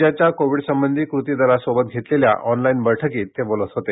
राज्याच्या कोविड संबंधी कृती दलासोबत घेतलेल्या ऑनलाईन बैठकीत ते बोलत होते